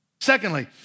Secondly